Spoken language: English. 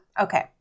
Okay